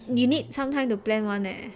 you need some time to plan [one] leh